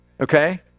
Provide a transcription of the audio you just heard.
Okay